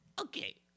Okay